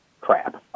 crap